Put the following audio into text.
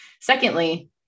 Secondly